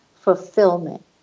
fulfillment